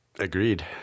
Agreed